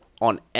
On